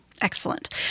Excellent